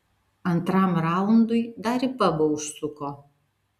antram raundui dar į pabą užsuko